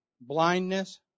Blindness